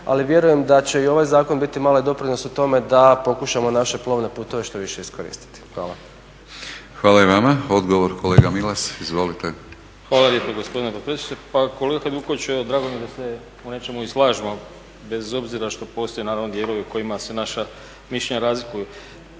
ali vjerujem da će i ovaj zakon biti mali doprinos u tome da pokušamo naše plovne putove što više iskoristiti. Hvala. **Batinić, Milorad (HNS)** Hvala i vama. Odgovor kolega Milas, izvolite. **Grubišić, Boro (HDSSB)** Hvala lijepo gospodine potpredsjedniče. Pa kolega Hajduković, evo drago mi je da se u nečemu i slažemo bez obzira što postoje naravno dijelovi u kojima se naša mišljenja razlikuju.